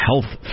health